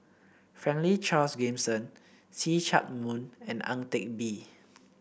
Franklin Charles Gimson See Chak Mun and Ang Teck Bee